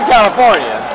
California